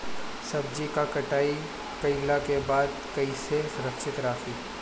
सब्जी क कटाई कईला के बाद में कईसे सुरक्षित रखीं?